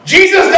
Jesus